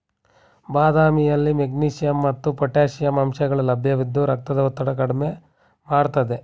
ಬಾದಾಮಿಯಲ್ಲಿ ಮೆಗ್ನೀಷಿಯಂ ಮತ್ತು ಪೊಟ್ಯಾಷಿಯಂ ಅಂಶಗಳು ಲಭ್ಯವಿದ್ದು ರಕ್ತದ ಒತ್ತಡ ಕಡ್ಮೆ ಮಾಡ್ತದೆ